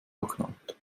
verknallt